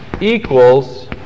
equals